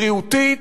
בריאותית,